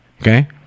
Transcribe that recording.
okay